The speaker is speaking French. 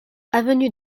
avenue